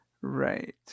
Right